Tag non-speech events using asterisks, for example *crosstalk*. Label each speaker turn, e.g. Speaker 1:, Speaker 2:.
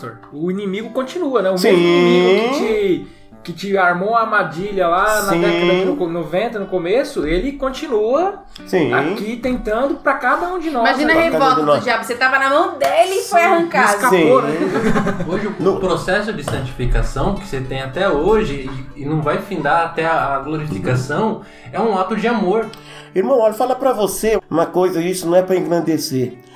Speaker 1: O inimigo continua, né? O mesmo
Speaker 2: Sim.
Speaker 1: inimigo que te- que te armou a armadilha lá
Speaker 2: Sim.
Speaker 1: na década de no- 90, no começo, ele continua
Speaker 2: Sim.
Speaker 1: aqui tentando pra cada um de nós,
Speaker 3: Imagina
Speaker 1: né?
Speaker 3: a
Speaker 2: Pra cada
Speaker 3: revolta
Speaker 2: um de nós.
Speaker 3: do diabo. Você tava na mão dele e foi
Speaker 1: Sim,
Speaker 3: arrancado.
Speaker 1: escapou, né? *laughs*
Speaker 2: Sim.
Speaker 4: Hoje o
Speaker 2: No-
Speaker 4: processo de santificação que você tem até hoje e- e não vai findar até a- a glorificação, é um ato de amor.
Speaker 2: Irmão, olha, fala pra você uma coisa, isso não é pra engrandecer.